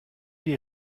die